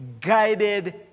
Guided